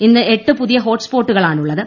ഇന്ന് എട്ട് പുതിയ ഹോട്ട്സ് പോട്ടുകളാണുള്ളത്